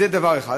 זה דבר אחד.